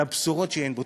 על הבשורות שאין בו.